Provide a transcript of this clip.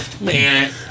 man